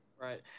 Right